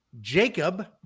Jacob